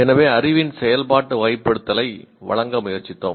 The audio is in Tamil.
எனவே அறிவின் செயல்பாட்டு வகைப்படுத்தலை வழங்க முயற்சித்தோம்